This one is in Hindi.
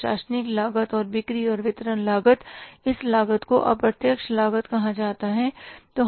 प्रशासनिक लागत और बिक्री और वितरण लागत इस लागत को अप्रत्यक्ष लागत कहा जाता है